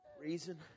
Reason